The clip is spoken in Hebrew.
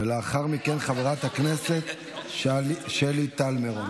ולאחר מכן, חברת הכנסת שלי טל מירון.